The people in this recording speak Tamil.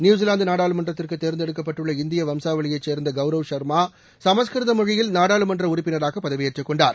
நியூசிலாந்து நாடாளுமன்றத்திற்கு தோ்ந்தெடுக்கப்பட்டுள்ள இந்திய வம்சாவளியைச் சோ்ந்த கௌரவ் சர்மா சமஸ்கிருத மொழியில் நாடாளுமன்ற உறுப்பினராக பதவி ஏற்றுக்கொண்டார்